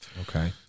Okay